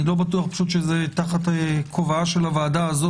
אני לא בטוח שזה תחת כובעה של הוועדה הזו,